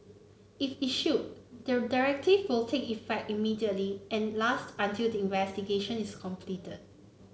if issued the directive will take effect immediately and last until the investigation is completed